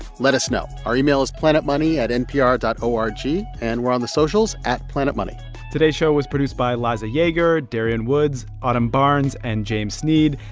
let us know. our email is planetmoney at npr dot o r g. and we're on the socials at planetmoney today's show was produced by liza yeager, darian woods, autumn barnes and james sneed.